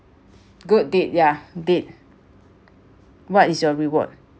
good deed yeah deed what is your reward